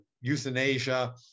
euthanasia